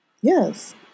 Yes